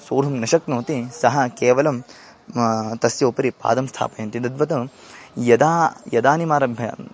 सोढुं न शक्नोति सः केवलं तस्य उपरि पादं स्थापयन्ति दद्वत् यदा यदानिमारभ्य